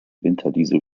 winterdiesel